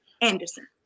Anderson